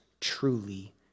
truly